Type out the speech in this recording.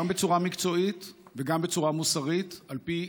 גם בצורה מקצועית וגם בצורה מוסרית, על פי